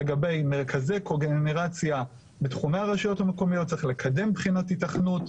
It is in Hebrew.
לגבי מרכזי קוגנרציה בתחומי הרשויות המקומיות צריך לקדם מבחינת היתכנות,